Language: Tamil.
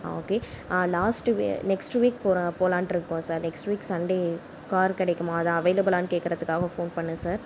ah okay last we next week போகிறேன் போகலான்ட்டு இருக்கோம் sir next week Sunday car கிடைக்குமா அதுதான் அவைளபுலானு கேட்கறதுக்காக ஃபோன் பண்ணிணேன் சார்